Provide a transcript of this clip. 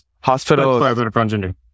Hospital